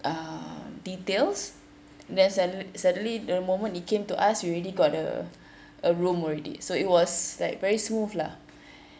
uh details then sudden~ suddenly the moment he came to us we already got the a room already so it was like very smooth lah